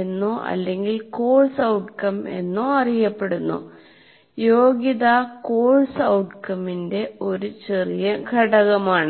എന്നോ അല്ലെങ്കിൽ course outcome എന്നോ അറിയപ്പെടുന്നുയോഗ്യത കോഴ്സ് ഔട്ട് കം ന്റെ ഒരു ചെറിയ ഘടകമാണ്